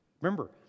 Remember